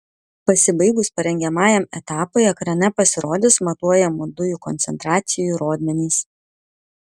pasibaigus parengiamajam etapui ekrane pasirodys matuojamų dujų koncentracijų rodmenys